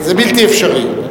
זה בלתי אפשרי.